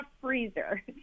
freezer